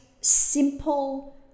simple